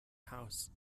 house